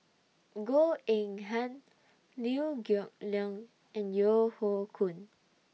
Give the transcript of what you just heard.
Goh Eng Han Liew Geok Leong and Yeo Hoe Koon